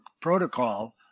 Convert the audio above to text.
protocol